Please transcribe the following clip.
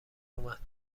اومد